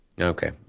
Okay